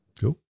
Cool